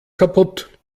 kaputt